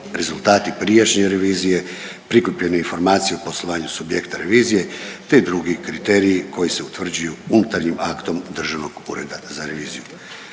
rezultati prijašnje revizije, prikupljene informacije o poslovanju subjekta revizije te drugi kriteriji koji se utvrđuju unutarnjim aktom Državnog ureda za reviziju.